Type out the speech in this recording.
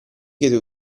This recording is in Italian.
che